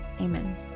Amen